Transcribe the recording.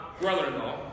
brother-in-law